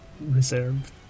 reserved